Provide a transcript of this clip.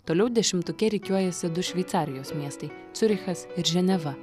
toliau dešimtuke rikiuojasi du šveicarijos miestai ciurichas ir ženeva